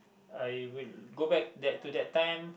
I will go back that to that time